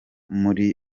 muri